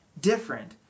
different